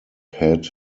had